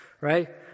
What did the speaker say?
Right